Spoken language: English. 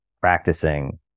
practicing